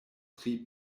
tri